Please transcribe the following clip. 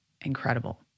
incredible